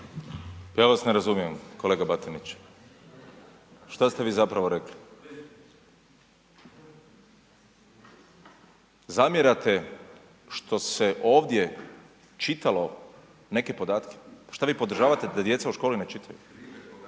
Ja vas ne razumijem kolega Batinić. Šta ste i zapravo rekli? Zamjerate što se ovdje čitalo neke podatke. Šta vi podržavate da djeca u školi ne čitaju?